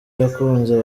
yakunze